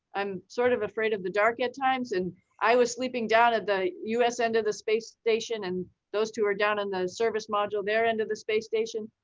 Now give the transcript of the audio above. i'm sort of afraid of the dark at times. and i was sleeping down at the us end of the space station. and those two are down in the service module, they're end of the space station.